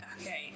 Okay